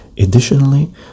Additionally